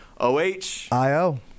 OHIO